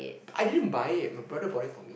I didn't buy it my brother bought it for me